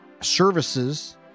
services